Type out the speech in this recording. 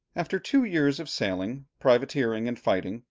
after two years of sailing, privateering, and fighting.